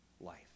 life